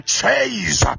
chase